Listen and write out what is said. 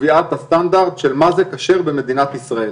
בקביעת הסטנדרט של מה זה כשר במדינת ישראל.